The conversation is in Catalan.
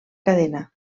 cadena